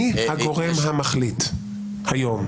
מי הגורם המחליט היום?